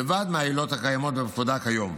לבד מהעילות הקיימות בפקודה כיום,